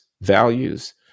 values